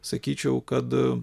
sakyčiau kad